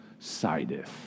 sideth